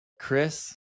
Chris